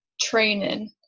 training